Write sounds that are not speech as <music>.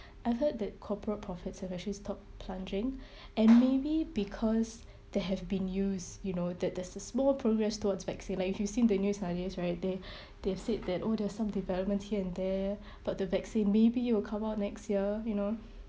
I've heard that corporate profits have actually stop plunging <breath> and maybe because there have been news you know that there's a small progress towards vaccine like if you've seen the news nowadays right they <breath> they've said that oh there's some developments here and there <breath> but the vaccine maybe it will come out next year you know